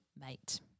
mate